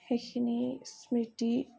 সেইখিনি স্মৃতি